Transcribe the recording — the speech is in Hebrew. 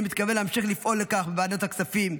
אני מתכוון להמשיך לפעול לכך בוועדת הכספים,